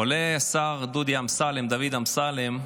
עולה השר דודי אמסלם, דוד אמסלם,